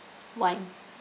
one